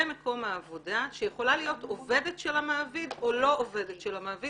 במקום העבודה שיכולה להיות עובדת של המעביד או לא עובדת של המעביד.